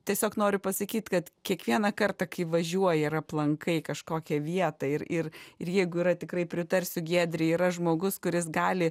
tiesiog noriu pasakyt kad kiekvieną kartą kai važiuoji ir aplankai kažkokią vietą ir ir ir jeigu yra tikrai pritarsiu giedrei yra žmogus kuris gali